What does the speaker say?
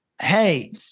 hey